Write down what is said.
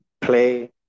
play